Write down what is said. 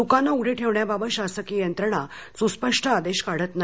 दुकानं उघडी ठेवण्याबाबत शासकीय यंत्रणा सुस्पष्ट आदेश काढत नाही